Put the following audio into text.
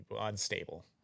unstable